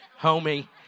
homie